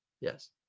Yes